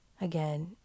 again